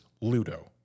Ludo